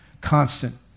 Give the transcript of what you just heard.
Constant